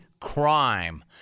crime